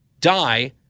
die